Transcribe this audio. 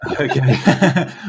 Okay